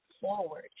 forward